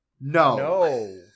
No